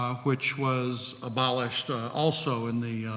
ah which was abolished also in the,